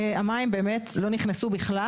המים באמת לא נכנסו בכלל.